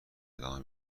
ادامه